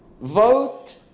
vote